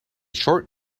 short